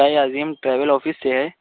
کیا یہ Azeem travel office سے ہے